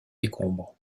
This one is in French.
décombres